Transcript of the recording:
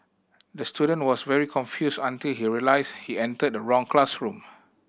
the student was very confused until he realised he entered the wrong classroom